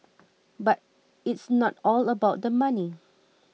but it's not all about the money